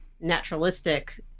naturalistic